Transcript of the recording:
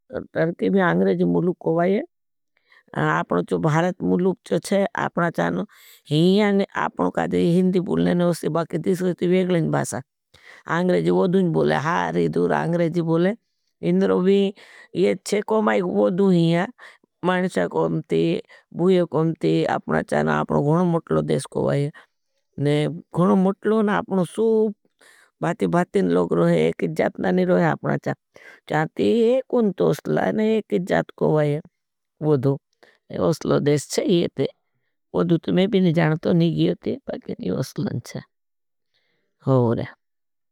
तरके में आंग्रेजी मुलूप कोई है, आपनो चो भारत मुलूप चो चहे, आपना चानो, हिंए आपनो कादरी हिंदी बुलने नहीं होसती। बाकि तीसरी थी वेगलेंज भासा, आंग्रेजी वोदूँँज बुले, हारी दूरा आंग्रेजी बुले, हिंदरो भी ये चे कोमा एक वदू हिआ, मानशा कोमती। भूयो कोमती, आपना चान आपनो घणो मुटलो देश कोई है, ने घणो मुटलो ना आपनो सू भाती भातीन लोग रोहे। एकी जात नहीं रोहे आपना चान, चाती एक उन्त उसला, ने एकी जात कोई है। वदू, वदू तुम्हें भी नहीं जानतो नहीं गियो थे, पर गिन यो असलन्चा, हो रहा है।